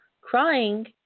crying